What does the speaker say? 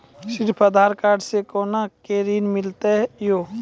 सिर्फ आधार कार्ड से कोना के ऋण मिलते यो?